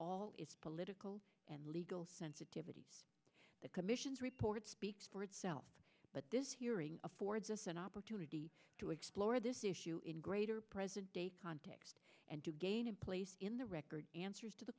all political and legal sensitivities the commission's report speaks for itself but this hearing affords us an opportunity to explore this issue in greater present day context and to gain a place in the record answers to the